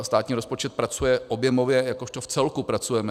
Státní rozpočet pracuje objemově, jakožto vcelku pracujeme.